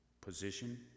position